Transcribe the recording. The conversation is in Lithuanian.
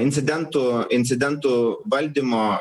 incidentų incidentų valdymo